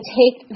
take